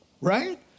right